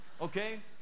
okay